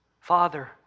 Father